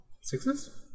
sixes